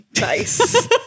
Nice